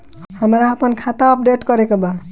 हमरा आपन खाता अपडेट करे के बा